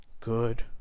good